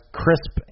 crisp